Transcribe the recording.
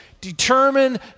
determined